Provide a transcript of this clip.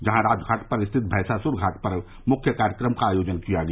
जहां राजघाट स्थित भैसासुर घाट पर मुख्य कार्यक्रम का आयोजन किया गया